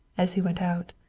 as he went out.